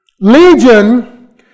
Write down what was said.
Legion